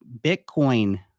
Bitcoin